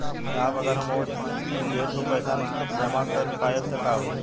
साहब अगर हम ओ देट पर पैसाना जमा कर पाइब त का होइ?